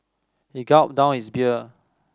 he gulped down his beer